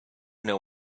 know